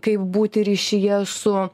kaip būti ryšyje su